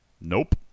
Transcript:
Nope